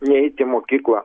neiti į mokyklą